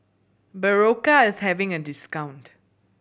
Berocca is having a discount